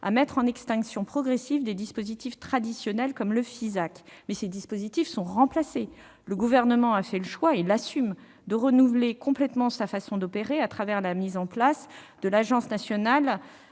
à prévoir une extinction progressive de dispositifs traditionnels comme le Fisac. Toutefois, ces dispositifs sont remplacés. Le Gouvernement a fait le choix, qu'il assume, de renouveler complètement sa façon d'opérer, à travers la mise en place de l'Agence nationale